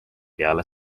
peale